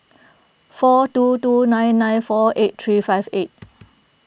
four two two nine nine four eight three five eight